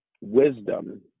wisdom